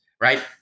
right